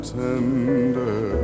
tender